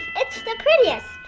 it's the prettiest.